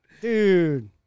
Dude